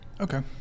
Okay